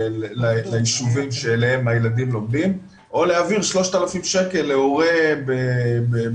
ליישובים שאליהם הילדים לומדים או להעביר 3,000 שקל להורה בשנה.